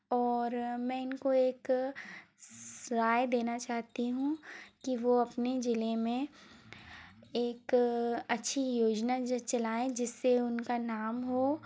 और मैं इनको एक राय देना चाहती हूँ कि वो अपने ज़िले में एक अच्छी योजना ज चलाएं जिस से उनका नाम हो